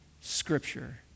scripture